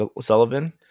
Sullivan